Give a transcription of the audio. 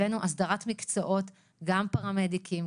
הבאנו הסדרת מקצועות גם פרמדיקים,